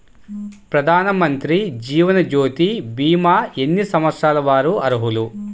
ప్రధానమంత్రి జీవనజ్యోతి భీమా ఎన్ని సంవత్సరాల వారు అర్హులు?